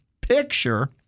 picture